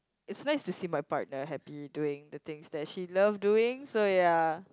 is nice to see my partner happy doing the things that she love doing so ya